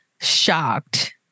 shocked